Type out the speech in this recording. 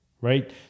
right